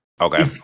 Okay